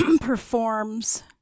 performs